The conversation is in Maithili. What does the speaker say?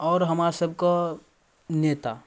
आओर हमरा सबके नेता